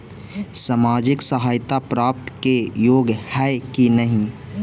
सामाजिक सहायता प्राप्त के योग्य हई कि नहीं?